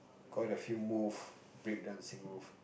quite a few move breakdancing move